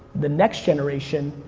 the next generation,